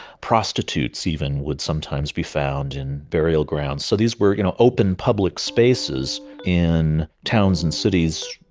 prostitutes even would sometimes be found in burial grounds. so these were you know open, public spaces in towns and cities,